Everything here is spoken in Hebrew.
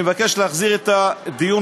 להחזיר את הדיון